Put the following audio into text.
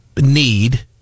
need